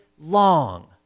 long